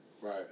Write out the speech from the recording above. Right